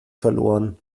verloren